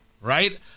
right